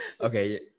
Okay